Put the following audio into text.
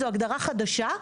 זו הגדרה חדשה,